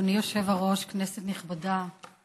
אדוני היושב-ראש, כנסת נכבדה,